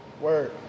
Word